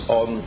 on